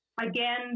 Again